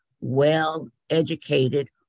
well-educated